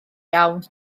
iawn